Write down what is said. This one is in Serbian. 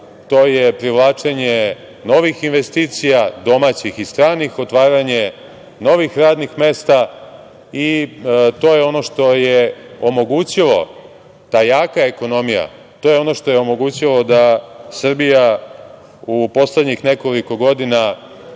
to je privlačenje novih investicija, domaćih i stranih, otvaranje novih radnih mesta i to je ono što je omogućilo, ta jaka ekonomija, da Srbija u poslednjih nekoliko godina